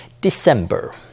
December